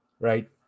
right